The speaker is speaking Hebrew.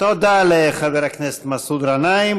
תודה לחבר הכנסת מסעוד גנאים.